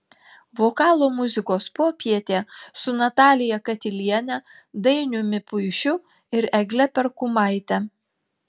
vokalo muzikos popietė su natalija katiliene dainiumi puišiu ir egle perkumaite